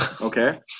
Okay